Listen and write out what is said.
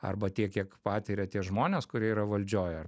arba tiek kiek patiria tie žmonės kurie yra valdžioj ar